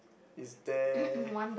is there